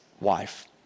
wife